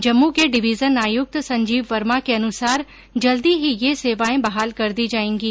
जम्मू के डिवीजन आयुक्त संजीव वर्मा के अनुसार जल्दी ही ये सेवाएं बहाल कर दी जाएंगी